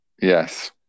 Yes